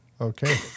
okay